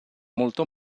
molto